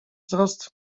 wzrost